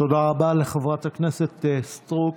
תודה רבה לחברת הכנסת סטרוק.